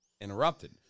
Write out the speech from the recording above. interrupted